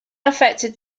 affected